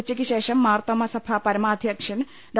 ഉച്ചയ്ക്കുശേഷം മാർത്തോമാ സഭാ പരമാദ്ധ്യ ക്ഷൻ ഡോ